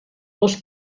les